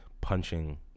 punching